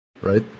right